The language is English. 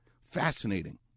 fascinating